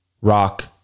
Rock